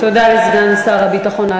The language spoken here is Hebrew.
תודה לסגן שר הביטחון.